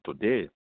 today